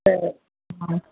त हा